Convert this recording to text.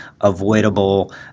avoidable